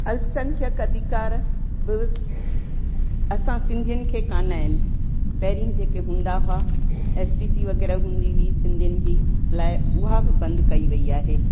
अल्पसंख्यक अधिकार बि असां सिंधियुनि खे कान आहिनि पहिरीं जेकी हूंदा हुआ एस टी सी वग़ैरह हूंदी हुई सिंधियुनि जी लाइ उहा बि बंदि कई वेई आहे